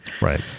Right